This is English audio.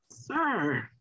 Sir